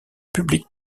public